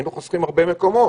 היינו חוסכים הרבה מקומות.